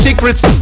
Secrets